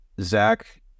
Zach